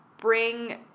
bring